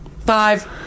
five